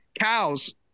cows